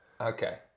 Okay